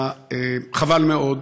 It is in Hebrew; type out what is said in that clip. חבל מאוד,